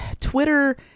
twitter